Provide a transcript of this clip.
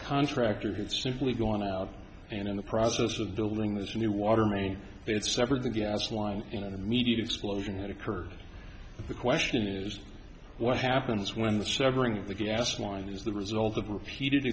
contractors had simply gone out and in the process of building this new water main its separate the gas line in an immediate explosion had occurred the question is what happens when the severing of the gas line is the result of repeated